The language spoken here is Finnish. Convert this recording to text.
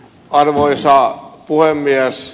arvoisa puhemies